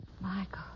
Michael